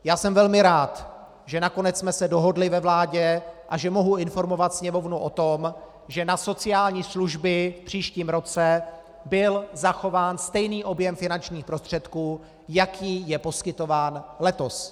Já jsem velmi rád, že nakonec jsme se dohodli ve vládě a že mohu informovat Sněmovnu o tom, že na sociální služby v příštím roce byl zachován stejný objem finančních prostředků, jaký je poskytován letos.